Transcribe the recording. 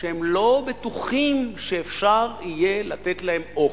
שהם לא בטוחים שאפשר יהיה לתת להם אוכל.